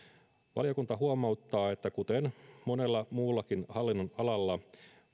valiokunta huomauttaa että kuten monella muullakaan hallinnonalalla ei